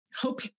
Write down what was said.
hope